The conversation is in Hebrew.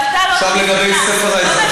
מראש.